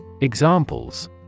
Examples